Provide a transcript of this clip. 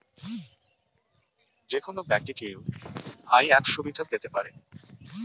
যেকোনো ব্যাক্তি কি ইউ.পি.আই অ্যাপ সুবিধা পেতে পারে?